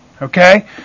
Okay